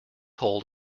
hold